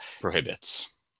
prohibits